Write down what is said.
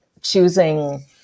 choosing